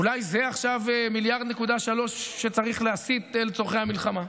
אולי עכשיו זה 1.3 מיליארד שקלים שצריך להסיט לצורכי המלחמה.